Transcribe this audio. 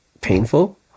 painful